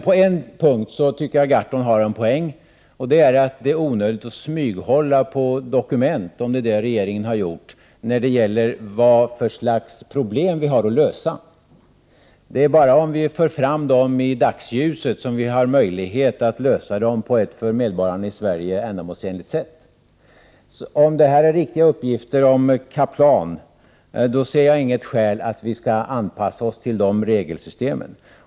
På en punkt anser jag att Per Gahrton tagit en poäng, och det är att det är onödigt att smyghålla på dokument — om det är vad regeringen har gjort — när det gäller vad för slags problem vi har att lösa. Det är bara om dessa problem förs fram i dagsljuset som vi har möjlighet att lösa dem på ett för Sverige ändamålsenligt sätt. Om dessa uppgifter om kaptan är riktiga ser inte jag något skäl till att vi skall anpassa oss till EG:s regelsystem.